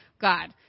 God